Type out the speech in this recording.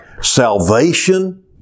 salvation